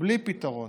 בלי פתרון,